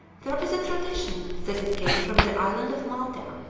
there is a tradition that it came from the island of malta.